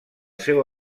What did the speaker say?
seu